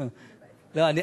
לא.